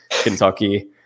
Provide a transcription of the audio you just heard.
Kentucky